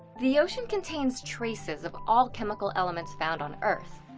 the ocean contains traces of all chemical elements found on earth.